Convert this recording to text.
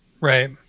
Right